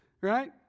right